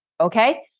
Okay